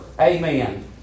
Amen